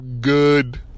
good